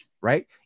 right